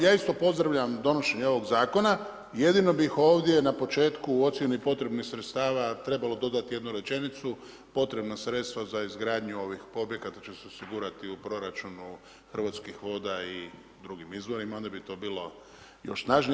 Ja isto pozdravljam donošenje ovog zakona, jedino bi ovdje na početku u ocjeni potrebnih sredstva trebalo dodati jednu rečenicu, potrebna sredstva za izgradnju ovih objekata će se osigurati u proračunu Hrvatskih voda i drugim izvorima, onda bi to bilo još snažnije.